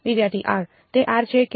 વિદ્યાર્થી r તે r છે કે